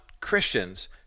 Christians